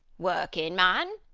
workin man!